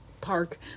park